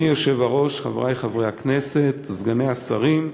היושב-ראש, חברי חברי הכנסת, סגני השרים,